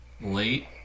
Late